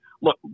look